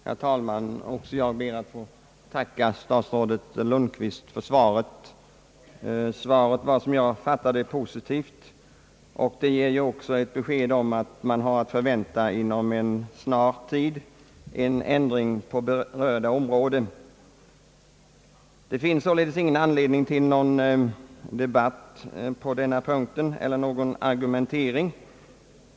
Herr talman! Jag ber också att få tacka herr statsrådet Lundkvist för svaret. Svaret var, som jag fattade det, positivt, och det ger också besked om att vi har att inom en snar framtid förvänta en ändring på berörda område. Det finns således ingen anledning till någon debatt eller argumentering på denna punkt.